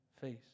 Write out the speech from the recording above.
face